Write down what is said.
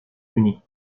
punis